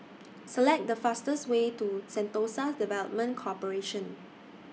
Select The fastest Way to Sentosa Development Corporation